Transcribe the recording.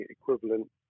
equivalent